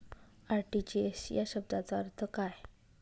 RTGS या शब्दाचा अर्थ काय?